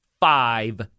Five